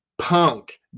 punk